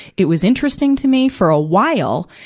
it was interesting to me for a while.